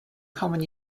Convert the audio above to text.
common